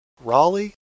Raleigh